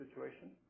situation